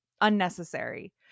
unnecessary